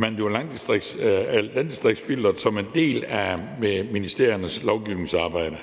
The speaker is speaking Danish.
benytter landdistriktsfilteret som en del af ministeriernes lovgivningsarbejde.